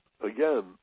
again